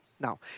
Now